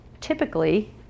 typically